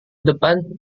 depan